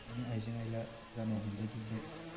नि आइजें आइला जानो हमबोजोबाय